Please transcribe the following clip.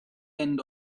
end